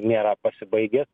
nėra pasibaigęs